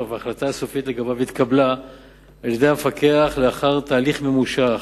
וההחלטה הסופית לגביו התקבלה על-ידי המפקח לאחר תהליך ממושך.